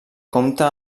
compta